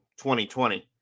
2020